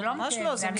ממש לא, אלו המשרדים.